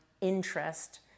interest